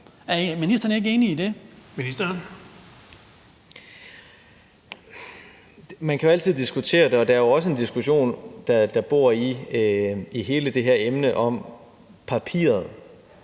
Erhvervsministeren (Simon Kollerup): Man kan jo altid diskutere det, og der er jo også en diskussion, der bor i hele det her emne om papir.